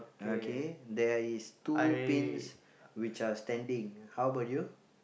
okay there is two pins which are standing how about you